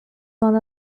one